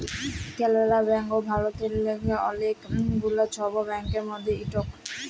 কালাড়া ব্যাংক ভারতেল্লে অলেক গুলা ছব ব্যাংকের মধ্যে ইকট